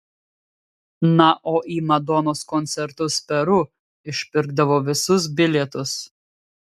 na o į madonos koncertus peru išpirkdavo visus bilietus